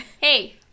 Hey